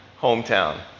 hometown